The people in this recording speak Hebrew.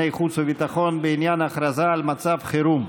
חוץ וביטחון בעניין הכרזה על מצב חירום,